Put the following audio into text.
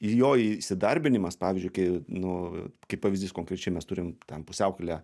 ir jo įsidarbinimas pavyzdžiui kai nu kaip pavyzdys konkrečiai mes turim ten pusiaukelę